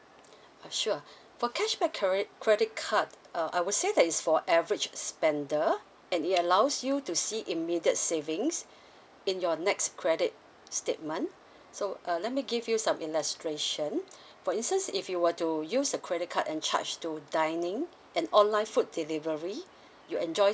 uh sure for cashback credit credit card uh I would say that is for average spender and it allows you to see immediate savings in your next credit statement so uh let me give you some illustration for instance if you were to use the credit card and charge to dining and online food delivery you enjoy